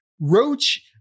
Roach